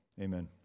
Amen